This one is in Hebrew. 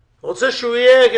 אדוני.